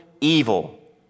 evil